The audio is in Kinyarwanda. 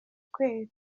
kwera